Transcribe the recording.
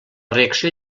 reacció